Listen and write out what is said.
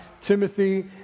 Timothy